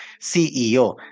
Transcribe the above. CEO